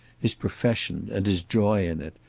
his profession and his joy in it,